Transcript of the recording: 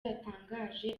yatangaje